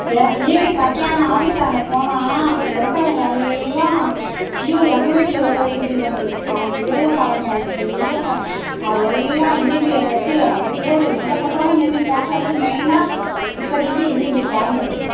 EB கட்டலானா ஆஃபிஸ்சாண்டா போனால் அங்கே இருக்கிறவுங்க எல்லாம் ஐயோ எங்கள் வீட்டில் இவ்வளோ ஈபி வந்திருக்கு கரண்டு இவ்வளோ கரண்ட் ஆகிடுச்சி இவ்வளோ அது எல்லாம் ஈபியை பற்றி அவ்வளோ எங்கே பார்த்தாலும் நின்று பார்த்தாலும் மெய்னாக இப்போத்திக்கி ஈபி கரண்டு பில்